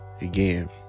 Again